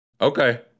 okay